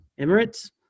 emirates